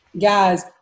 guys